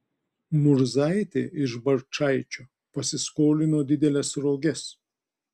murzaitė iš barčaičio pasiskolino dideles roges